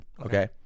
okay